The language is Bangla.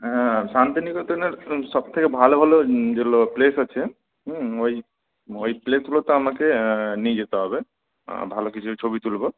হ্যাঁ শান্তিনিকেতনের সব থেকে ভালো ভালো যেগুলো প্লেস আছে হুঁ ওই ওই প্লেসগুলোতে আমাকে নিয়ে যেতে হবে ভালো কিছু ছবি তুলব